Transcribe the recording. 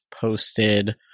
posted